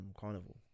carnival